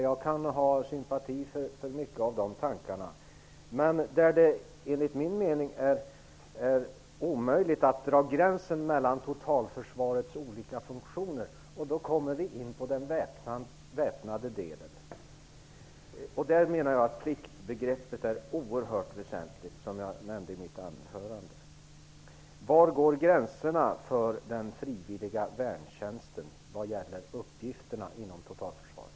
Jag kan ha sympati för mycket när det gäller de tankarna, men det är enligt min mening omöjligt att dra gränsen mellan totalförsvarets olika funktioner. Då kommer vi in på den väpnade delen. Där menar jag att pliktbegreppet är oerhört väsentligt, vilket jag nämnde i mitt anförande. Var går gränserna för den frivilliga värntjänsten vad gäller uppgifterna inom totalförsvaret?